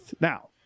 Now